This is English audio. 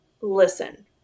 listen